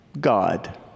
God